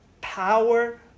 power